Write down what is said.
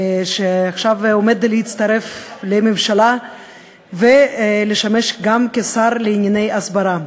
שעכשיו עומד להצטרף לממשלה ולשמש גם כשר לענייני הסברה.